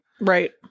right